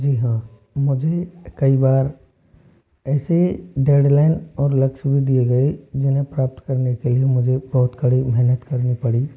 जी हाँ मुझे कई बार ऐसे डेडलाइन और लक्ष्य भी दिए गए जिन्हें प्राप्त करने के लिए मुझे बहुत कड़ी मेहनत करनी पड़ी